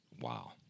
wow